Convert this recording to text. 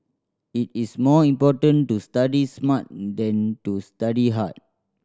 it is more important to study smart than to study hard